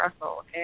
Russell